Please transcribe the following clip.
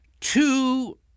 two